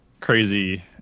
crazy